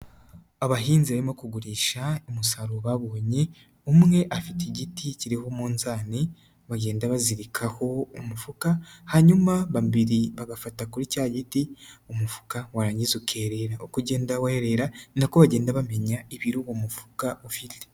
Abahinzi barimo kugurisha umusaruro babonye, umwe afite igiti kiriho munzani, bagenda bazirikaho umufuka, hanyuma babiri bagafata kuri cya giti, umufuka wangiza ukerera, uko ugenda werera ni nako bagenda bamenya ibiru uwo mufuka ufite.